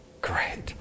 great